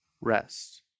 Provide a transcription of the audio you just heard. Rest